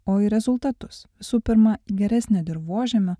o iį rezultatus visų pirma į geresnę dirvožemio